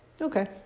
okay